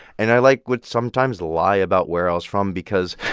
and i, like, would sometimes lie about where i was from because,